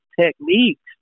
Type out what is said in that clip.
techniques